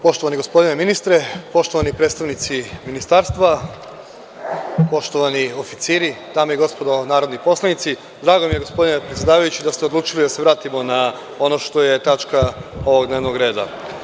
Poštovani gospodine ministre, poštovani predstavnici ministarstva, poštovani oficiri, dame i gospodo narodni poslanici, drago mi je, gospodine predsedavajući, da ste odlučili da se vratimo na ono što je tačka ovog dnevnog reda.